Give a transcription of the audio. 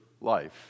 life